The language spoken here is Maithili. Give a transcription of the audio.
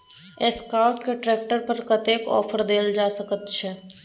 एसकाउट के ट्रैक्टर पर कतेक ऑफर दैल जा सकेत छै?